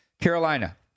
Carolina